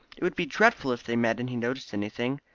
it would be dreadful if they met and he noticed anything.